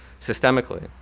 systemically